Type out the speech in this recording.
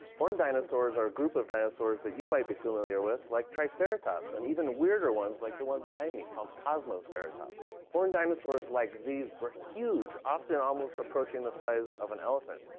horned dinosaurs are a group of dinosaurs that you might be familiar with, like triceratops and even weirder ones like the one behind me called kosmoceratops horned dinosaurs like these were huge often almost approaching the size of an elephant.